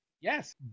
Yes